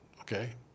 okay